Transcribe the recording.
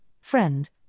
friend